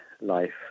life